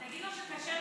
אז תגיד לו שקשה לך,